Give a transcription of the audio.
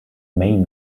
main